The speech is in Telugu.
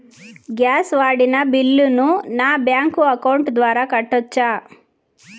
గ్యాస్ వాడిన బిల్లును నా బ్యాంకు అకౌంట్ ద్వారా కట్టొచ్చా?